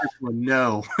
no